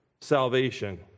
salvation